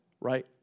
right